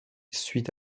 suit